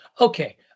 Okay